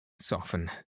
soften